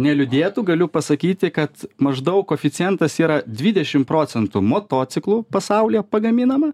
neliūdėtų galiu pasakyti kad maždaug koeficientas yra dvidešim procentų motociklu pasaulyje pagaminama